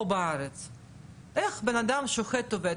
לארבעה חודשים?